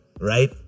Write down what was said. right